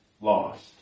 lost